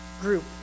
group